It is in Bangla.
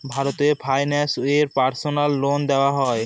ভারত ফাইন্যান্স এ পার্সোনাল লোন দেওয়া হয়?